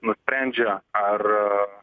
nusprendžia ar